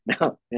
no